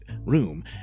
room